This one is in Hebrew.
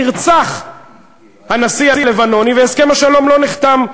נרצח הנשיא הלבנוני והסכם השלום לא נחתם.